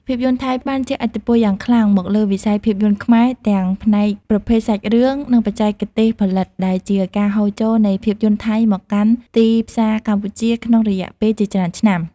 ភាពយន្តថៃបានជះឥទ្ធិពលយ៉ាងខ្លាំងមកលើវិស័យភាពយន្តខ្មែរ ទាំងផ្នែកប្រភេទសាច់រឿង និងបច្ចេកទេសផលិត ដែលជាការហូរចូលនៃភាពយន្តថៃមកកាន់ទីផ្សារកម្ពុជាក្នុងរយៈពេលជាច្រើនឆ្នាំ។